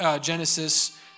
Genesis